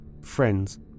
friends